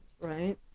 right